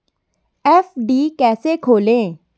FD कैसे खोलें?